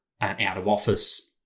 out-of-office